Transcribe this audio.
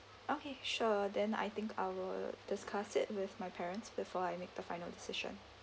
okay sure then I think I will discuss it with my parents before I make the final decision